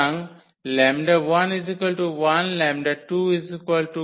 সুতরাং 𝜆1 1 𝜆2 1